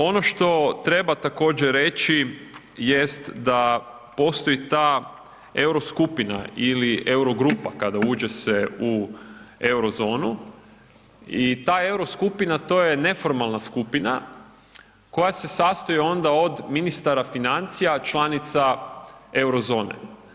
Ono što treba također reći jest da postoji ta euro skupina ili euro grupa kada uđe se u euro zonu i ta euro skupina to je neformalna skupina koja se sastoji ona od ministara financija članica euro zone.